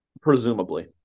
Presumably